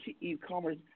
e-commerce –